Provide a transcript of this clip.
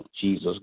Jesus